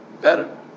Better